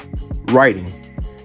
writing